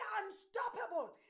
unstoppable